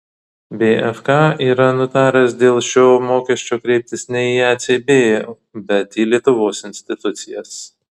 bfk yra nutaręs dėl šio mokesčio kreiptis ne į ecb bet į lietuvos institucijas